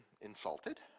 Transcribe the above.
insulted